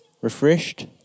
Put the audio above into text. refreshed